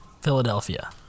Philadelphia